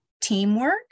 teamwork